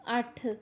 ਅੱਠ